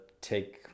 take